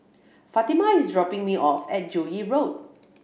Fatima is dropping me off at Joo Yee Road